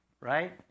right